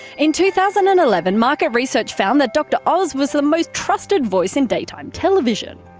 in two thousand and eleven market research found that dr oz was the most trusted voice in daytime television.